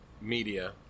media